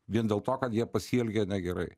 vien dėl to kad jie pasielgė negerai